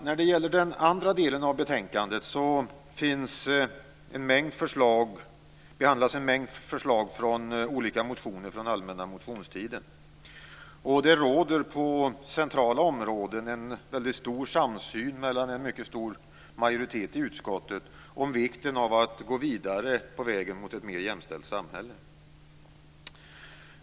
När det gäller den andra delen av betänkandet behandlas en mängd förslag från allmänna motionstiden. Det råder på centrala områden en väldigt stor samsyn mellan en mycket stor majoritet i utskottet om vikten av att gå vidare på vägen mot ett mer jämställt samhälle.